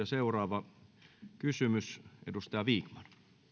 seuraava kysymys edustaja vikman